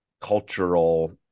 cultural